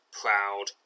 proud